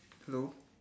hello